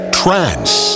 trance